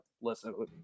listen